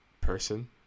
person